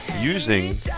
Using